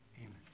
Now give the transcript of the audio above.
Amen